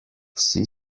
vsi